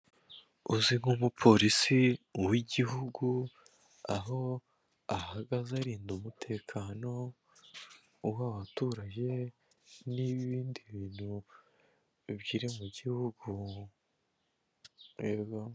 Uzi nk'umupolisi w'igihugu aho ahagaze arinda umutekano w'abaturage, ndetse n'ibindi bintu biri mugihugu yego.